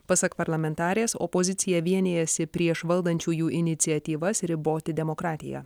pasak parlamentarės opozicija vienijasi prieš valdančiųjų iniciatyvas riboti demokratiją